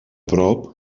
prop